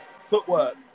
footwork